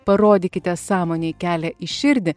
parodykite sąmonei kelią į širdį